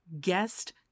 guest